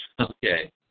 okay